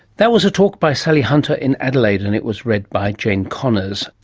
that was a talk by sally hunter in adelaide. and it was read by jane connors.